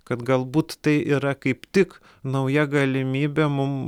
kad galbūt tai yra kaip tik nauja galimybė mum